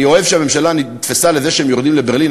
אני אוהב שהממשלה נתפסה לזה שהם יורדים לברלין.